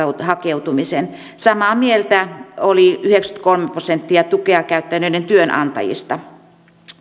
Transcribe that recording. hakeutumisen samaa mieltä oli yhdeksänkymmentäkolme prosenttia tukea käyttäneiden työnantajista